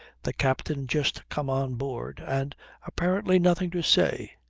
the captain just come on board, and apparently nothing to say!